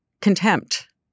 contempt